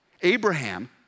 Abraham